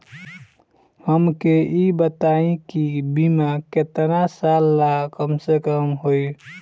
हमके ई बताई कि बीमा केतना साल ला कम से कम होई?